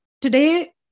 today